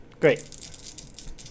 great